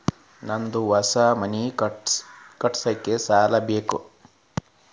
ನಂದು ಹೊಸ ಮನಿ ಕಟ್ಸಾಕ್ ಸಾಲ ಬೇಕು